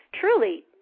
truly